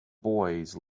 boys